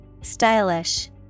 Stylish